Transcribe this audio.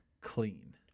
clean